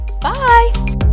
bye